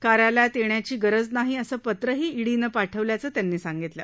कार्यालयात येण्याची गरज नाही अस पत्रही ईडीनं पाठवल्याचं त्यांनी सांगितलं